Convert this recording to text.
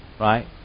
Right